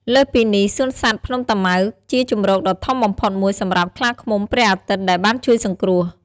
លើសពីនេះ សួនសត្វភ្នំតាម៉ៅជាជម្រកដ៏ធំបំផុតមួយសម្រាប់ខ្លាឃ្មុំព្រះអាទិត្យ ដែលបានជួយសង្គ្រោះ។